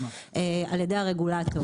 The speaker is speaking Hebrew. על ידי הרגולטור.